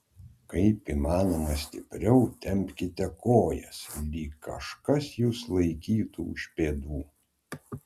kaip įmanoma stipriau tempkite kojas lyg kažkas jus laikytų už pėdų